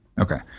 Okay